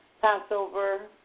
Passover